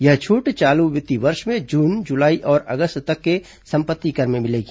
यह छूट चालू वित्तीय वर्ष में जून जुलाई और अगस्त तक के संपत्ति कर में मिलेगी